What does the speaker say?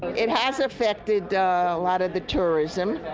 it has affected a lot of the tourism,